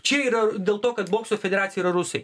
čia yra dėl to kad bokso federacija yra rusai